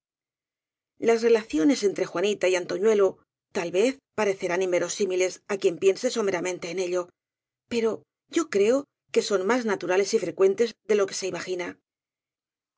las relaciones entre juanita y antoñuelo tal vez parecerán inverosímiles á quien piense somera mente en ello pero yo creo que son más naturales y frecuentes de lo que se imagina